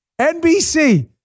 NBC